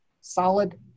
solid